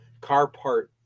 CarPart